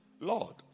Lord